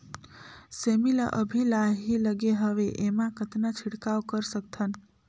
सेमी म अभी लाही लगे हवे एमा कतना छिड़काव कर सकथन?